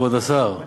כבוד השר,